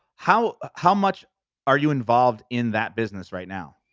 how how much are you involved in that business right now?